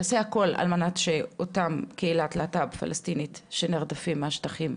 יעשה הכול על מנת שאותה קהילת להט"ב פלסטינית שנרדפת בשטחים,